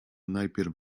najpierw